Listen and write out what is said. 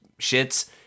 shits